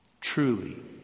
truly